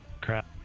crap